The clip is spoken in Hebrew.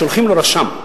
שולחים לו רשם.